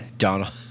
Donald